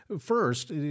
first